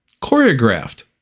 choreographed